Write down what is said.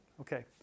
Okay